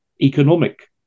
economic